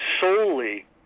solely